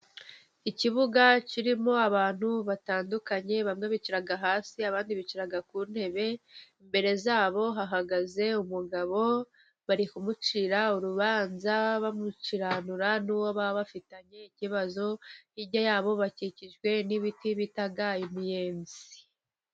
Ikibuga kirimo abantu batandukanye, bamwe bicara hasi abandi bicara ku ntebe, imbere ya bo hahagaze umugabo bari kumucira urubanza bamukiranura n'uwo bafitanye ikibazo, hirya ya bo bakikijwe n'ibiti bita imiyenzi.